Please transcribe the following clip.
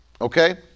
Okay